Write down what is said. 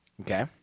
okay